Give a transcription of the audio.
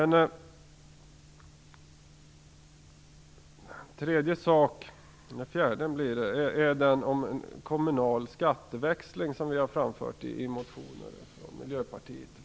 Ytterligare en fråga är förslaget om kommunal skatteväxling, som vi har framfört i motioner från Miljöpartiet.